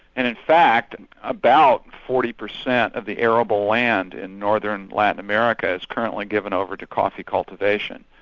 and in fact about forty percent of the arable land in northern latin america, is currently given over to coffee cultivation.